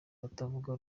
abatavuga